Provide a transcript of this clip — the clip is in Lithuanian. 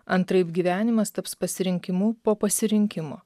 antraip gyvenimas taps pasirinkimu po pasirinkimo